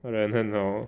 他人很好